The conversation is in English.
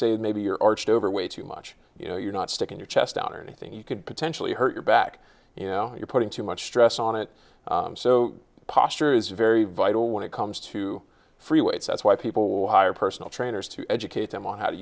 that maybe you're arched over way too much you know you're not sticking your chest out or anything you could potentially hurt your back you know you're putting too much stress on it so posture is very vital when it comes to free weights that's why people will hire personal trainers to educate them on how to